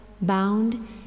bound